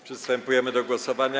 Przystępujemy do głosowania.